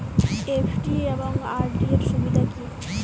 FD এবং RD এর সুবিধা কী?